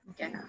Okay